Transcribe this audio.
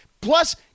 Plus